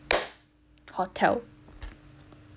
hotel